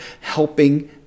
helping